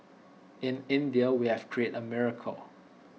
in India we have created A miracle